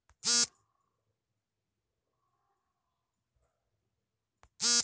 ನಗರಪ್ರದೇಶದಲ್ಲಿ ಅತ್ವ ಸುತ್ತಮುತ್ತ ಆಹಾರವನ್ನು ಬೆಳೆಸೊ ಹಾಗೂ ಸಂಸ್ಕರಿಸೊ ಮತ್ತು ವಿತರಿಸೊ ಅಭ್ಯಾಸವಾಗಿದೆ